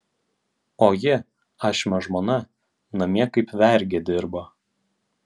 o ji ašmio žmona namie kaip vergė dirbo